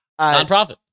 Nonprofit